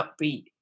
upbeat